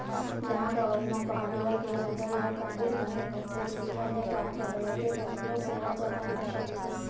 गाँव गंवई म पहाटिया के लगई ह काहेच बने होथे जेखर ले गाय गरुवा के बरोबर सेवा जतन हो सकथे